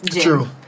true